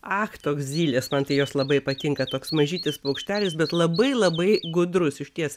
ak toks zylės mantijos labai patinka toks mažytis paukštelis bet labai labai gudrus išties